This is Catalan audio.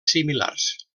similars